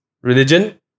religion